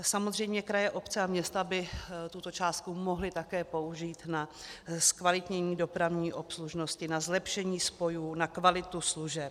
Samozřejmě kraje, obce a města by tuto částku mohly také použít na zkvalitnění dopravní obslužnosti, na zlepšení spojů, na kvalitu služeb.